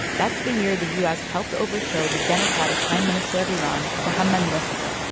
that's the year the u s. helped overthrow the democratic prime minister of iran, mohammad mosaddegh.